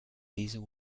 diesel